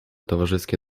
towarzyskie